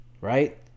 right